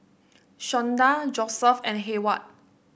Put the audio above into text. Shawnda Josef and Heyward